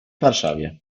warszawie